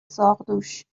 ساقدوش